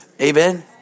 Amen